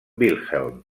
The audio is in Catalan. wilhelm